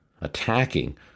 attacking